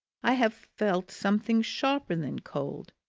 i have felt something sharper than cold.